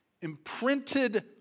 Imprinted